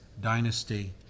dynasty